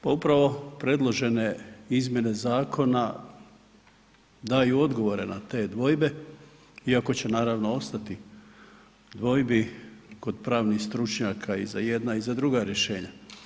Pa upravo predložene izmjene zakona daju odgovore na te dvojbe iako će naravno ostati dvojbi kod pravnih stručnjaka i za jedna i za druga rješenja.